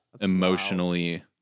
Emotionally